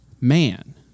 man